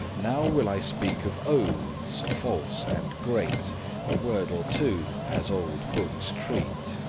now will i speak of oathes false and great a word or two, as olde bookes treat.